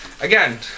Again